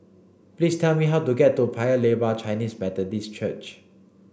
please tell me how to get to Paya Lebar Chinese Methodist Church